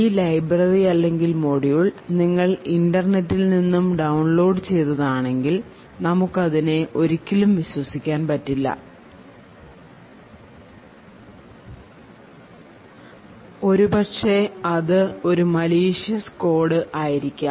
ഈ ലൈബ്രറി അല്ലെങ്കിൽ മൊഡ്യൂൾ നിങ്ങൾ ഇന്റർനെറ്റിൽ നിന്നും ഡൌൺലോഡ് ചെയ്തതാണെങ്കിൽ നമുക്ക് അതിനെ ഒരിക്കലും വിശ്വസിക്കാൻ പറ്റില്ല ഒരുപക്ഷേ അതു ഒരു മലീഷ്യസ് കോഡ് ആയിരിക്കാം